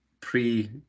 pre